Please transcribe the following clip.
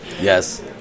Yes